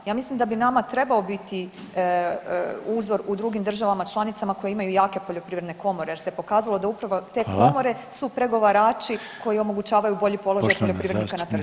Ja mislim da bi nama trebao biti uzor u drugim državama članicama koje imaju jake poljoprivredne komore jer se pokazalo da upravo te komore su pregovarači koji omogućavaju bolji položaj poljoprivrednika na tržištu.